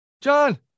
John